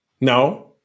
no